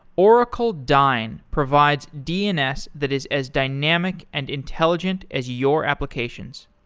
oracle dyn provides dns that is as dynamic and intelligent as your applications.